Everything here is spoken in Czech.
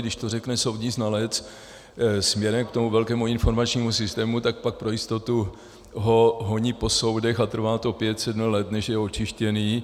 Když to řekne soudní znalec směrem k tomu velkému informačnímu systému, tak pak pro jistotu ho honí po soudech a trvá to pět sedm let, než je očištěný.